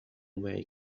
معي